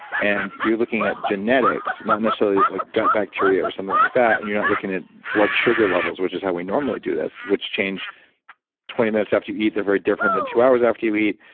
and you're looking at genetics, not necessarily like gut bacteria or something like that. and you're not looking at blood sugar levels which is how we normally do this, which change twenty minutes after you eat, they're very different than two hours after you eat.